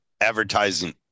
advertising